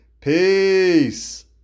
peace